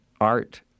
art